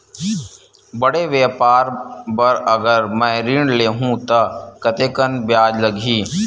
बड़े व्यापार बर अगर मैं ऋण ले हू त कतेकन ब्याज लगही?